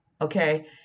Okay